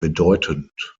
bedeutend